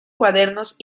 cuadernos